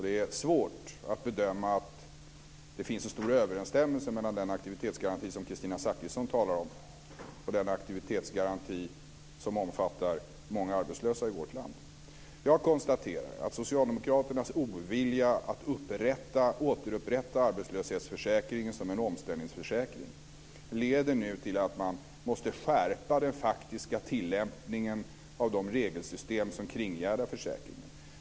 Det är svårt att bedöma att det finns en stor överensstämmelse mellan den aktivitetsgaranti som Kristina Zakrisson talar om och den aktivitetsgaranti som omfattar många arbetslösa i vårt land. Jag konstaterar att Socialdemokraternas ovilja att återupprätta arbetslöshetsförsäkringen som en omställningsförsäkring nu leder till att man måste skärpa den faktiska tillämpningen av de regelsystem som kringgärdar försäkringen.